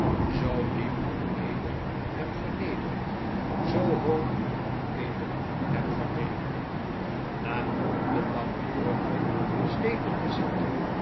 zoo diep had eden hem vernederd zoo hoog had eden hem verheven na een langdurige slepende ziekte